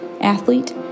athlete